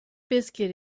biscuit